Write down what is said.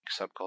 subculture